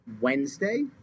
Wednesday